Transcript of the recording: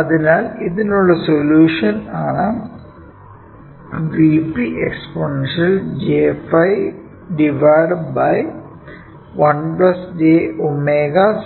അതിനാൽ ഇതിനുള്ള സൊല്യൂഷൻ ആണ് Vp എക്സ്പോണൻഷ്യൽ jϕ 1 jω